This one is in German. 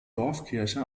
dorfkirche